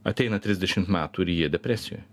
ateina trisdešimt metų ir jie depresijoj